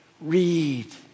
read